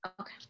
Okay